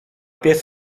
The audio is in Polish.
pies